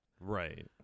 Right